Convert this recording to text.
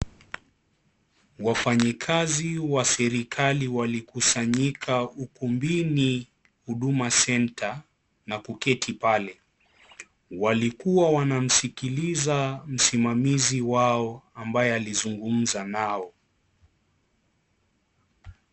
Wafanyi kazi wa serikali walikusanyika ukumbini Huduma Centre na kuketi pale, walikua wanamsikiliza msimamizi wao ambaye alizungumza nao.